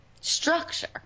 structure